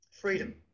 Freedom